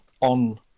on